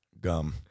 Gum